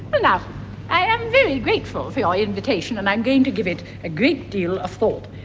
and i am very grateful for your invitation and i'm going to give it a great deal of thought.